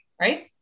Right